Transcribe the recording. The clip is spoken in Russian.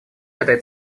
этой